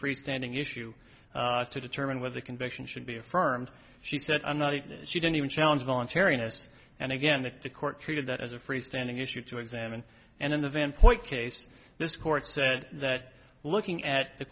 free standing issue to determine whether the conviction should be affirmed she said i'm not she didn't even challenge voluntariness and again that the court treated that as a freestanding issue to examine and in the van point case this court said that looking at the